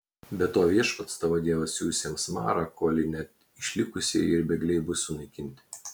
be to viešpats tavo dievas siųs jiems marą kolei net išlikusieji ir bėgliai bus sunaikinti